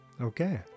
Okay